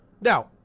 Now